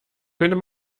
könnte